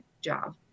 job